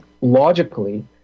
logically